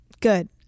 Good